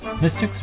Mystics